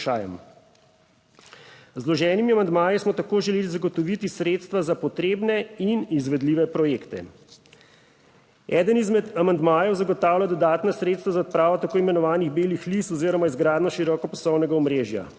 vloženimi amandmaji smo tako želeli zagotoviti sredstva za potrebne in izvedljive projekte. Eden izmed amandmajev zagotavlja dodatna sredstva za odpravo tako imenovanih belih lis oziroma izgradnjo širokopasovnega omrežja.